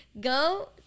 go